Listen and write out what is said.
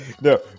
No